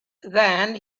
then